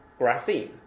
graphene